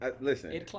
Listen